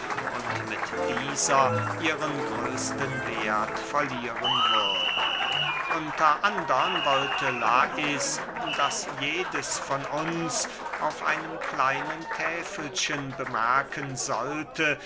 und mit dieser ihren größten werth verlieren würden unter andern wollte lais daß jedes von uns auf einem kleinen täfelchen bemerken sollte